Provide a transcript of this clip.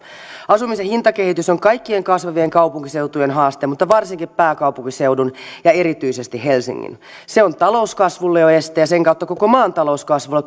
asumisen hintakehitys on kaikkien kasvavien kaupunkiseutujen haaste mutta varsinkin pääkaupunkiseudun ja erityisesti helsingin se on jo talouskasvulle este ja sen kautta koko maan talouskasvulle